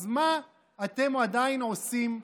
אז מה אתם עדיין עושים?